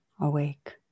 awake